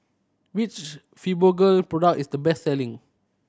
which Fibogel product is the best selling